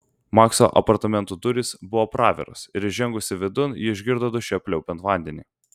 makso apartamentų durys buvo praviros ir įžengusi vidun ji išgirdo duše pliaupiant vandenį